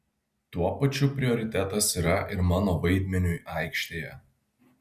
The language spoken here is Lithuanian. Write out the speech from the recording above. tuo pačiu prioritetas yra ir mano vaidmeniui aikštėje